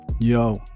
yo